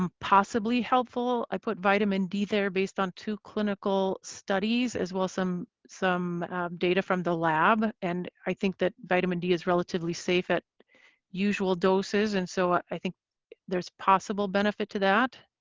um possibly helpful i put vitamin d there, based on two clinical studies as well some some data from the lab. and i think that vitamin d is relatively safe at usual doses and so i i think there's possible benefit to that.